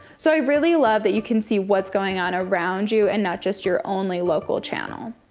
so i really love that you can see what's going on around you, and not just your only local channel.